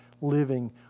living